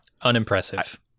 Unimpressive